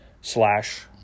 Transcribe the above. slash